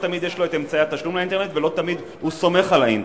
לא תמיד יש לו אמצעי תשלום לאינטרנט ולא תמיד הוא סומך על האינטרנט.